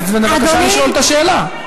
אז בבקשה לשאול את השאלה.